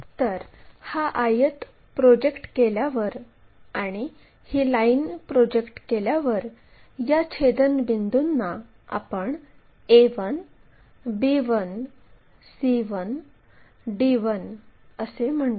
तर हा आयत प्रोजेक्ट केल्यावर आणि ही लाईन प्रोजेक्ट केल्यावर या छेदनबिंदूंना आपण a1 b1 c1 d1 असे म्हणतो